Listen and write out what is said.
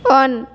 on